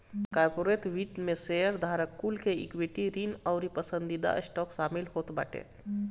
corporate वित्त में शेयरधारक कुल के इक्विटी, ऋण अउरी पसंदीदा स्टॉक शामिल होत बाटे